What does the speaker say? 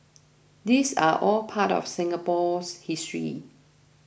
these are all part of Singapore's history